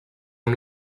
amb